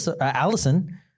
Allison